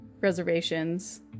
reservations